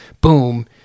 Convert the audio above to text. boom